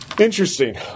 Interesting